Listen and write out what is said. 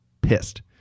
pissed